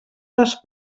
les